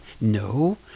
No